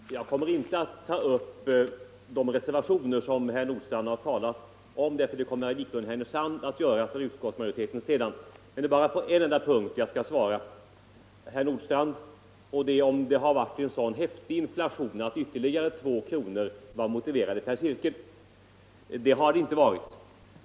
Herr talman! Jag kommer inte att ta upp de reservationer som herr Nordstrandh har talat om; det kommer herr Wiklund att göra för utskottsmajoriteten senare. Det är bara på en enda punkt jag skall svara herr Nordstrandh, och den gäller om det har varit en sådan häftig inflation att ytterligare 2 kr. var motiverade per cirkel. Det har inte varit en sådan inflation.